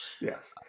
yes